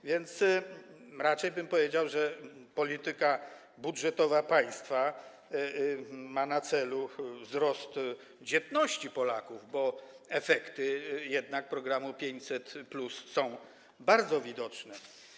A więc raczej powiedziałbym, że polityka budżetowa państwa ma na celu wzrost dzietności Polaków, bo jednak efekty programu 500+ są bardzo widoczne.